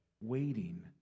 waiting